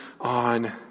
on